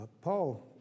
Paul